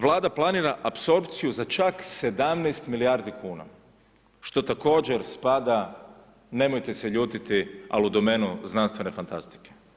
Vlada planira apsorpciju za čak 17 milijardi kuna što također spada nemojte se ljutiti al u domenu znanstvene fantastike.